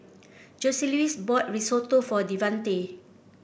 Joseluis bought Risotto for Devante